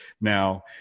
Now